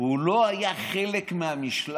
הוא לא היה חלק מהמשלחת.